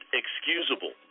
excusable